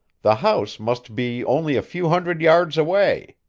the house must be only a few hundred yards away.